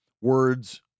words